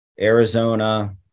Arizona